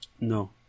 No